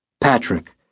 Patrick